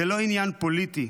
זה לא עניין פוליטי.